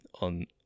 on